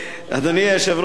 אדוני היושב-ראש,